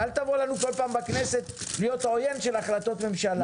ואל תבוא לנו כל פעם בכנסת להיות עוין של החלטות ממשלה.